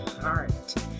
heart